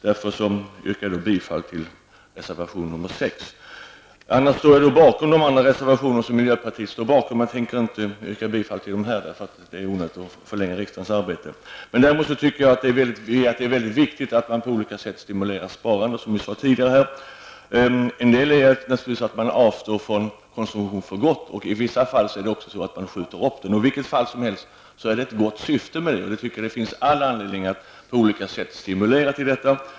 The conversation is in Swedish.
Därför yrkar jag bifall till reservation 6. I övrigt står jag bakom alla reservationer där miljöpartiet finns med, men jag tänker inte yrka bifall till dem, eftersom det är onödigt att förlänga riksdagens arbete. Däremot tycker jag att det är mycket viktigt att man på olika sätt stimulerar sparandet, vilket har sagts tidigare. En del sparande innebär naturligtvis att man för gott avstår från konsumtion, och en del sparande innebär att man skjuter upp konsumtionen. I vilket fall som helst finns det ett gott syfte. Därför tycker jag att det finns all anledning att på olika sätt stimulera till detta.